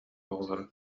оҕолоро